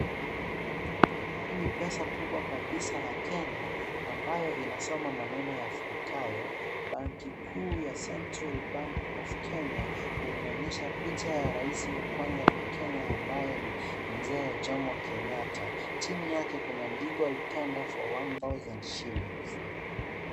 Hii ni pesa kubwa kabisa ya Kenya, ambayo inasoma maneno yafuatayo, Banki kuu ya Central Bank of Kenya , na inaonyesha picha ya rais wa kwanza wa Kenya ambaye ni mzee wa Jomo Kenyatta. Chini yake kuna legal tender for one thousand shillings .